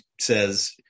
says